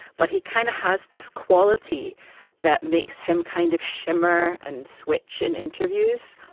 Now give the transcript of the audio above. but he kind of has this quality that makes him kind of shimmer and switch in interviews.